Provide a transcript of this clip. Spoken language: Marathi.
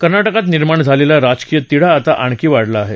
कर्नाटकात निर्माण झालेला राजकीय तिढा आता आणखी वाढला आहे